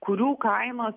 kurių kaino